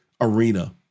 arena